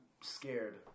scared